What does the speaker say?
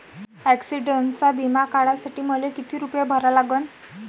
ॲक्सिडंटचा बिमा काढा साठी मले किती रूपे भरा लागन?